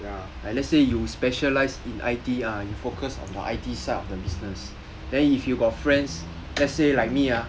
ya like let's say you specialise in I_T ah you focus on the I_T side of the business then if you got friends let's say like me ah